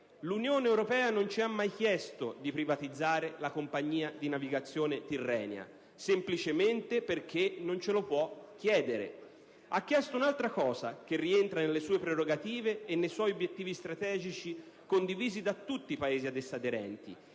L'Unione europea non ci ha mai chiesto di privatizzare la compagnia di navigazione Tirrenia, semplicemente perché non ce lo può chiedere. Ha chiesto un'altra cosa che rientra nelle sue prerogative e nei suoi obiettivi strategici condivisi da tutti i Paesi ad essa aderenti,